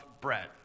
bread